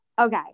okay